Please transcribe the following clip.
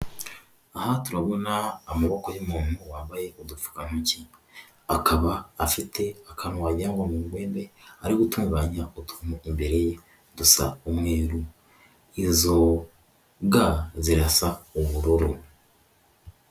Aha turabona amaboko y'umuntu wambaye udupfukantoki. Akaba afite akantu wagira ngo ni urwembe, ari gutunganya utuntu imbere ye dusa umweru. Izo ga zirasa ubururu.